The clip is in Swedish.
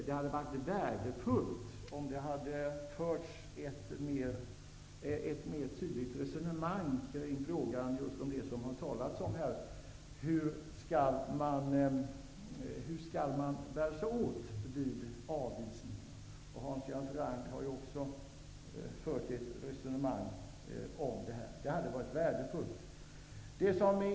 Det hade varit värdefullt, om det hade förts ett mera tydligt resonemang kring frågan som det har talats om här: Hur skall man bära sig åt vid avvisning? Hans Göran Franck har också varit inne på detta.